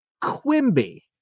Quimby